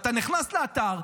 ואתה נכנס לאתר,